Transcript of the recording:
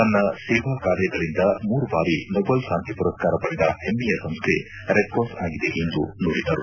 ತನ್ನ ಸೇವಾ ಕಾರ್ಯಗಳಿಂದ ಮೂರು ಬಾರಿ ನೋಬಲ್ ಶಾಂತಿ ಪುರಸ್ಕಾರ ಪಡೆದ ಹೆಮ್ಮೆಯ ಸಂಸ್ದೆ ರೆಡ್ ಕ್ರಾಸ್ ಆಗಿದೆ ಎಂದು ನುಡಿದರು